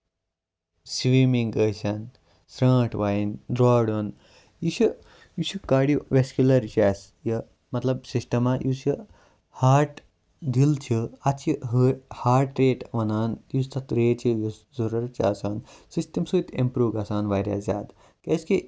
swimming ٲسِنۍ سرانٹھ وایِنۍ دوڈُن یہِ چھُ یہِ چھُ کاڈیو ویسکوٗلرٕچ اَسہِ یہِ مطلب سِسٹَما یُس یہِ ہاٹ دِل چھُ اَتھ چھِ ہٲ ہاٹ ریٹ وَنان یُس تَتھ ریٹ چینجٕز ضروٗرتھ چھِ آسان سُہ چھُ تَمہِ سۭتۍ اِمپروٗ گژھان واریاہ زیادٕ کیازِ کہِ